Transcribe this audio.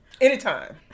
Anytime